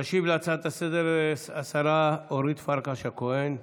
תשיב על ההצעה לסדר-היום השרה אורית פרקש הכהן,